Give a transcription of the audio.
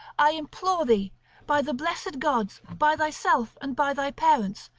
i implore thee by the blessed gods, by thyself and by thy parents,